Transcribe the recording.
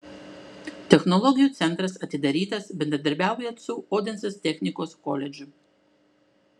technologijų centras atidarytas bendradarbiaujant su odensės technikos koledžu